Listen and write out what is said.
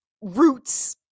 roots